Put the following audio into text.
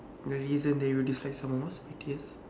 the reason that you would dislike someone what is pettiest